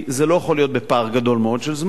זה לא יכול להיות בפער גדול מאוד של זמן,